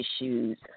issues